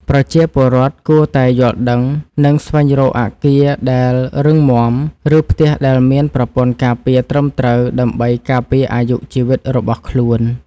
ប្រជាពលរដ្ឋគួរតែយល់ដឹង និងស្វែងរកអគារដែលរឹងមាំ ឬផ្ទះដែលមានប្រព័ន្ធការពារត្រឹមត្រូវដើម្បីការពារអាយុជីវិតរបស់ខ្លួន។